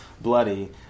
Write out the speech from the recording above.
bloody